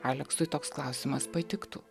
aleksui toks klausimas patiktų